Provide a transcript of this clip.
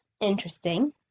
Interesting